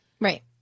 Right